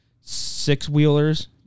six-wheelers